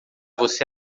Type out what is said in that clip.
você